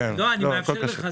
אני מאפשר לך,